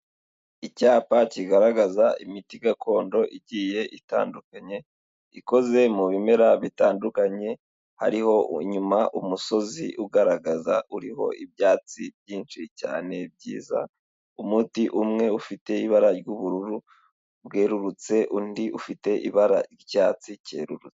Icyapa kigaragaza imiti gakondo igiye itandukanye, ikoze mu bimera bitandukanye, hariho inyuma umusozi ugaragara, uriho ibyatsi byinshi cyane byiza, umuti umwe ufite ibara ry'ubururu bwerurutse, undi ufite ibara ry'icyatsi cyerurutse.